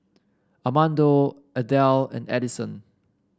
Armando Adell and Addison